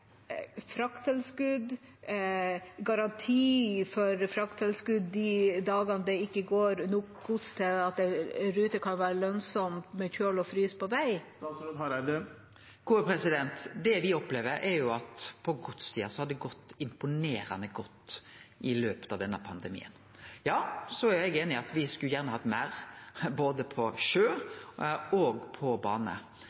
frakttilskudd eller garanti for frakttilskudd, de dagene det ikke går nok gods til at en rute kan være lønnsom med kjøl og frys på vei? Det me opplever, er at på godssida har det gått imponerande godt i denne pandemien. Ja, så er eg einig i at me gjerne skulle hatt meir på både